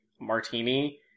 martini